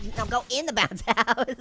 don't go in the bounce yeah